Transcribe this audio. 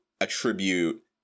attribute